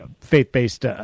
faith-based